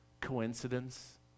coincidence